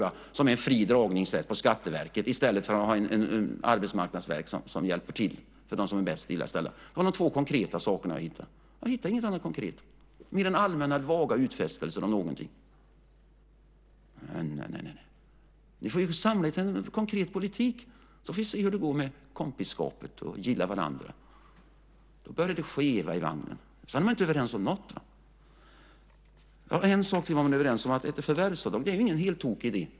Det innebär att man har en fri dragningsrätt på Skatteverket i stället för att Arbetsmarknadsverket ska hjälpa till för dem som har det mest illa ställt. Det var de två konkreta saker jag hittade. Något annat konkret hittade jag inte, mer än allmänna, vaga utfästelser. Nej, nej, ni får samla er kring en konkret politik, så får vi se hur det går med kompisskapet och detta med att gilla varandra. Då kan det börja skeva i vagnen, och sedan är man inte överens om något. En sak till är ni överens om, ett förvärvsavdrag, och det är ingen tokig idé.